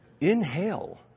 Inhale